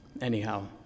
Anyhow